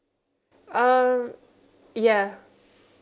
um ya